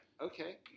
Okay